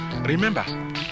Remember